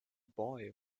boy